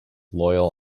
loyal